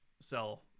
sell